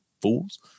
fools